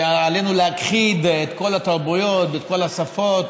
שעלינו להכחיש את כל התרבויות, את כל השפות,